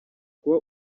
kuba